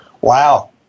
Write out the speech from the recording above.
Wow